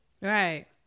right